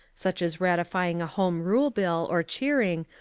such as ratifying a home rule bill or cheering,